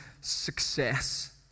success